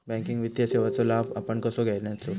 Banking वित्तीय सेवाचो लाभ आपण कसो घेयाचो?